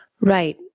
Right